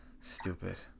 stupid